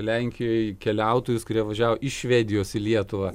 lenkijoj keliautojus kurie važiavo iš švedijos į lietuvą